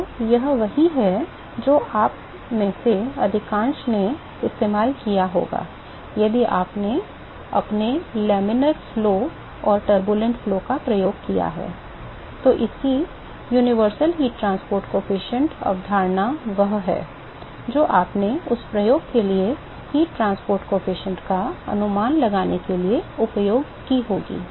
तो यह वही है जो आप में से अधिकांश ने इस्तेमाल किया होगा यदि आपने अपने लामिना का प्रवाह और अशांत प्रवाह प्रयोग किया है तो इसकी universal heat transport coefficient अवधारणा वह है जो आपने उस प्रयोग के लिए ऊष्मा परिवहन गुणांक का अनुमान लगाने के लिए उपयोग की होगी